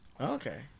Okay